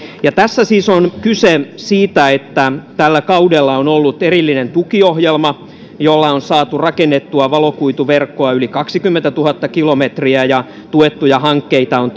tässä siis on kyse siitä että tällä kaudella on ollut erillinen tukiohjelma jolla on saatu rakennettua valokuituverkkoa yli kaksikymmentätuhatta kilometriä tuettuja hankkeita on